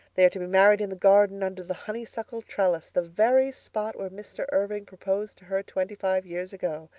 they are to be married in the garden under the honeysuckle trellis. the very spot where mr. irving proposed to her twenty-five years ago.